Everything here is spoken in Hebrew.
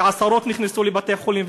שעשרות נפצעו ונכנסו לבתי-חולים,